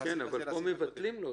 תשלומים מחוץ להוצאה לפועל,